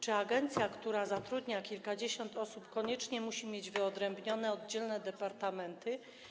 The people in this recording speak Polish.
Czy agencja, która zatrudnia kilkadziesiąt osób, koniecznie musi mieć wyodrębnione oddzielne departamenty?